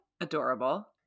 Adorable